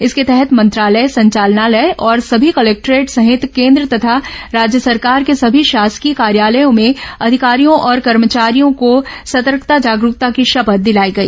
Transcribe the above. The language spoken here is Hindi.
इसके तहत मंत्रालय संचालनालय और सभी कलेक्टोरेट सहित केन्द्र तथा राज्य सरकार के सभी शासकीय कार्यालयों में अधिकारियों और कर्मचारियों को सतर्कता जागरूकता की शपथ दिलाई गई